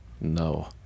no